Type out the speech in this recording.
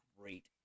great